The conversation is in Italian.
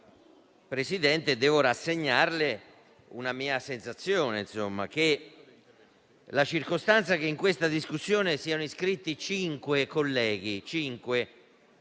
Presidente, devo rassegnarle una mia sensazione relativa alla circostanza che in questa discussione siano iscritti cinque colleghi, di cui